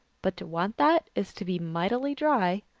but to want that is to be mightily dry.